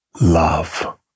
love